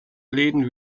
läden